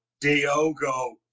Diogo